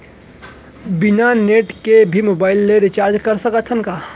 बिना नेट के भी मोबाइल ले रिचार्ज कर सकत हन का?